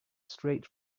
straight